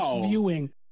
viewing